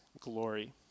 glory